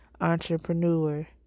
entrepreneur